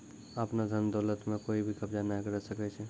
आपनो धन दौलत म कोइ भी कब्ज़ा नाय करै सकै छै